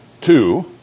Two